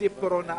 תקציב קורונה.